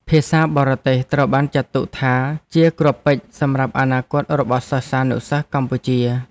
ភាសាបរទេសត្រូវបានចាត់ទុកថាជាគ្រាប់ពេជ្រសម្រាប់អនាគតរបស់សិស្សានុសិស្សកម្ពុជា។